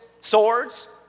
Swords